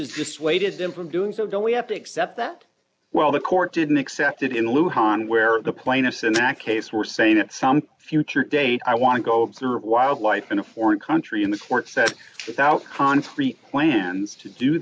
is just weighted them from doing so don't we have to accept that well the court didn't accept it in lieu haan where the plaintiffs in that case were saying at some future date i want to go through wildlife in a foreign country in the court said without conferee plans to do